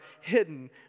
hidden